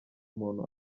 muntu